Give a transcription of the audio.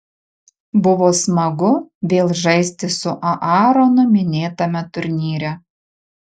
buvo smagu vėl žaisti su aaronu minėtame turnyre